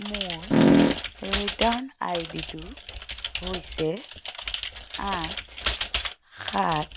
মোৰ ৰিটাৰ্ণ আই ডিটো হৈছে আঠ সাত